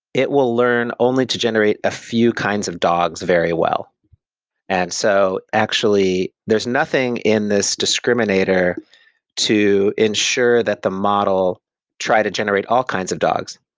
it will learn only to generate a few kinds of dogs very well and so actually, there's nothing in this discriminator to ensure that the model try to generate all kinds of dogs.